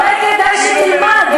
אולי כדאי שתלמד,